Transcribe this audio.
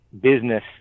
business